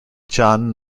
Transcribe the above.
john